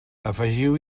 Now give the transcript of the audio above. afegiu